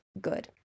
good